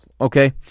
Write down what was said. okay